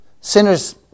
sinners